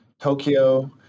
Tokyo